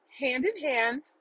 hand-in-hand